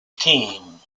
team